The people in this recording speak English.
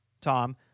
Tom